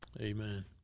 Amen